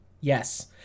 Yes